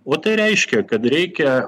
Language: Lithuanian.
o tai reiškia kad reikia